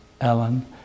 Ellen